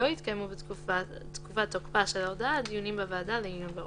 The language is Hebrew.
לא יתקיימו בתקופת תוקפה של ההודעה דיונים בוועדה לעיון בעונש.